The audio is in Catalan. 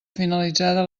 finalitzada